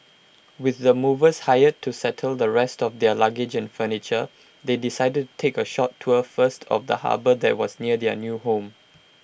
with the movers hired to settle the rest of their luggage and furniture they decided take A short tour first of the harbour that was near their new home